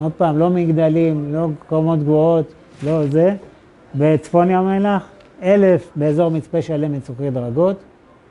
עוד פעם, לא מגדלים, לא קומות גבוהות, לא זה. בצפון ים המלח, אלף באזור מצפה שלם, מצוקי דרגות.